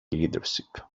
leadership